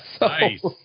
nice